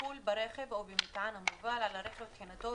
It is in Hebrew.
"טיפול ברכב או במטען המובל על הרכב ובטעינתו,